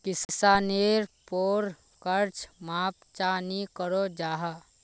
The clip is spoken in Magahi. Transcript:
किसानेर पोर कर्ज माप चाँ नी करो जाहा?